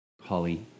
Holly